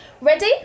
Ready